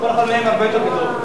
שכל אחד מהם הרבה יותר גדול.